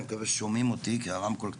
אני